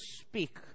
speak